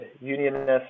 unionist